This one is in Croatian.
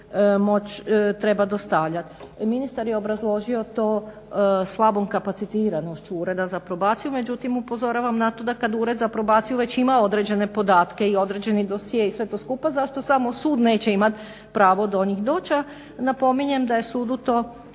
pol trebat dostavljati. I ministar je obrazložio to slabom kapacitiranošću Ureda za probaciju. Međutim, upozoravam na to da kad Ured za probaciju već ima određene podatke i određeni dosje i sve to skupa zašto samo sud neće imati pravo do njih doći, a napominjem da je sudu to